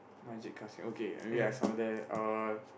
Masjid Kassim okay maybe I some day all